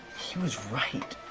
he was right,